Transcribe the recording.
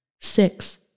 Six